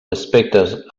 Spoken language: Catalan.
aspectes